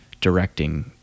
directing